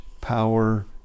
power